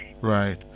Right